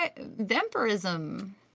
Vampirism